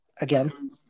Again